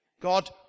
God